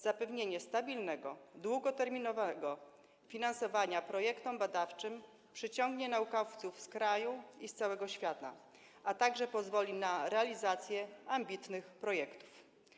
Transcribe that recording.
Zapewnienie stabilnego i długoterminowego finansowania projektów badawczych przyciągnie naukowców z kraju i z całego świata, a także pozwoli na realizację ambitnych projektów.